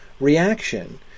reaction